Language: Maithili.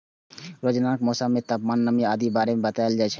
रोजानाक मौसम मे तापमान, नमी आदि के बारे मे बताएल जाए छै